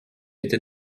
étais